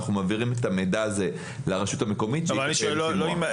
אנחנו מעבירים את המידע הזה לרשות המקומית שתעשה לו שימוע.